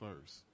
first